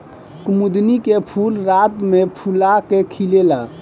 कुमुदिनी के फूल रात में फूला के खिलेला